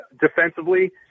defensively